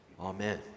Amen